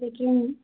لیکن